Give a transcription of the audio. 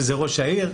שזה ראש העיר,